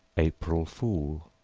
april fool,